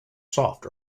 soft